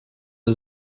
une